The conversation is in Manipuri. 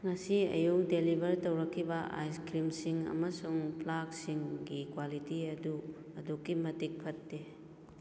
ꯉꯁꯤ ꯑꯌꯨꯛ ꯗꯦꯂꯤꯕꯔ ꯇꯧꯔꯛꯈꯤꯕ ꯑꯥꯏꯁ ꯀ꯭ꯔꯤꯝ ꯁꯤꯡ ꯑꯃꯁꯨꯡ ꯐ꯭ꯂꯥꯛꯁ ꯁꯤꯡꯒꯤ ꯀ꯭ꯋꯥꯂꯤꯇꯤ ꯑꯗꯨ ꯑꯗꯨꯛꯀꯤ ꯃꯇꯤꯛ ꯐꯠꯇꯦ